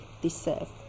deserve